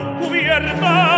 cubierta